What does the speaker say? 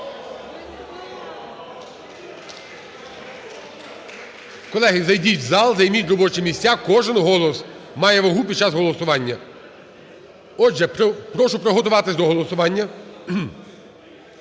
Колеги, зайдіть в зал, займіть робочі місця. Кожен голос має вагу під час голосування. Отже, прошу приготуватися до голосування.